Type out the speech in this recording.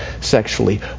sexually